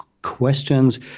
questions